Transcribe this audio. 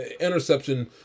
interception